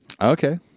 Okay